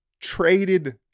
traded